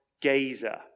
gazer